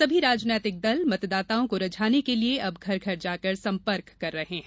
सभी राजनैतिक दल मतदाताओं को रिझाने के लिए अब घर घर जाकर संपर्क कर रहे हैं